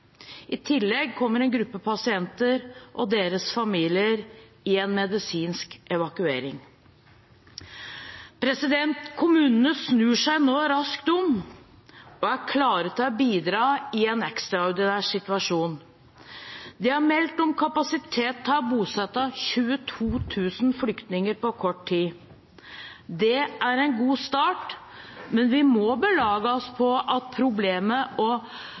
I tillegg kommer en gruppe pasienter og deres familier i en medisinsk evakuering. Kommunene snur seg nå raskt om og er klare til å bidra i en ekstraordinær situasjon. Det er meldt om kapasitet til å bosette 22 000 flyktninger på kort tid. Det er en god start, men vi må belage oss på at det blir problemer med å finne nok plasser, og